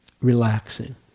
relaxing